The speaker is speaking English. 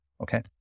Okay